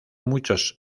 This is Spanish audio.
muchos